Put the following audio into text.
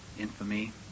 infamy